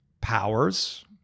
powers